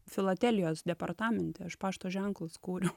filatelijos departamente aš pašto ženklus kūriau